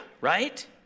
right